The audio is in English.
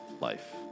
life